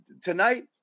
tonight